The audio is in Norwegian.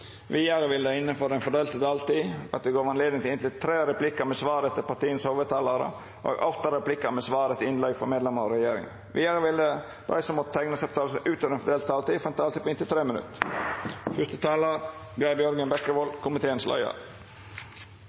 Vidare vil det – innanfor den fordelte taletida – verta anledning til inntil tre replikkar med svar etter innlegg frå hovudtalarane til partia og åtte replikkar med svar etter innlegg frå medlemer av regjeringa. Vidare vil dei som måtte teikna seg på talarlista utover den fordelte taletida, få ei taletid på inntil 3 minutt.